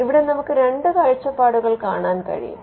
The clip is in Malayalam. ഇവിടെ നമുക്ക് രണ്ട് കാഴ്ചപ്പാടുകൾ കാണാൻ കഴിയും